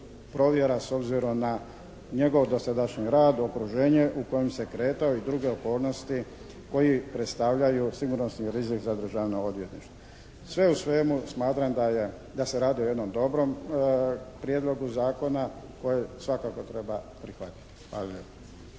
provjera s obzirom na njegov dosadašnji rad, okruženje u kojem se kretao i druge okolnosti koji predstavljaju sigurnosni rizik za Državno odvjetništvo. Sve u svemu smatram da se radi o jednom dobrom prijedlogu zakona koji svakako treba prihvatiti. Hvala